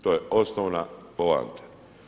To je osnovna poanta.